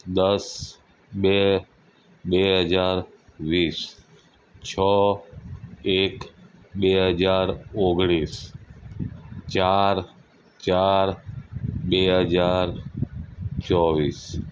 દસ બે બે હજાર વીસ છ એક બે હજાર ઓગણીસ ચાર ચાર બે હજાર ચોવીસ